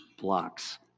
blocks